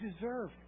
deserve